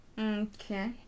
Okay